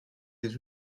des